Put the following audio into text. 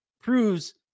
proves